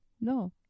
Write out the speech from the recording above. No